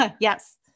Yes